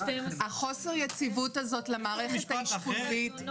חוסר היציבות הזאת למערכת האשפוזית --- הייתם 12 שנים.